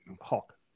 Hawk